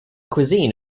cuisine